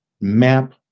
map